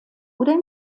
oder